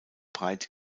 breit